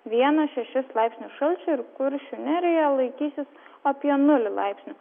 vieną šešis laipsnius šalčio ir kuršių nerijoje laikysis apie nulį laipsnių